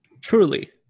Truly